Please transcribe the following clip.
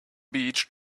beach